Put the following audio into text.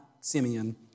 Simeon